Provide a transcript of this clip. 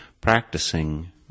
practicing